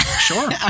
Sure